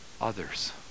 others